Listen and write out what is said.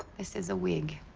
this is a wig.